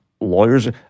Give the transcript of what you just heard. Lawyers